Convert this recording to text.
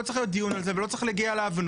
לא צריך להיות דיון על זה ולא צריך להגיע להבנות,